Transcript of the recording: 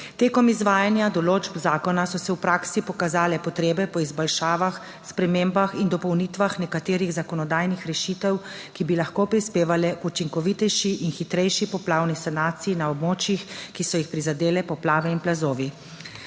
Tekom izvajanja določb zakona so se v praksi pokazale potrebe po izboljšavah, spremembah in dopolnitvah nekaterih zakonodajnih rešitev, ki bi lahko prispevale k učinkovitejši in hitrejši poplavni sanaciji na območjih, ki so jih prizadele poplave in plazovi.